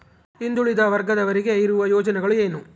ಹಿಂದುಳಿದ ವರ್ಗದವರಿಗೆ ಇರುವ ಯೋಜನೆಗಳು ಏನು?